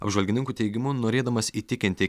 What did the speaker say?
apžvalgininkų teigimu norėdamas įtikinti